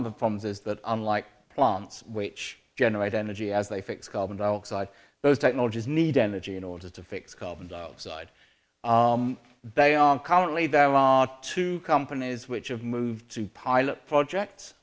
of the problems is that unlike plants which generate energy as they fix carbon dioxide those technologies need energy in order to fix carbon dioxide they are currently there are two companies which have moved to pilot project